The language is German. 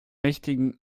mächtigen